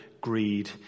greed